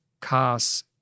cars